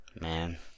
Man